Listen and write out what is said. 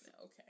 Okay